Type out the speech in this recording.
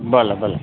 ભલે ભલે